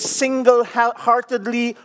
single-heartedly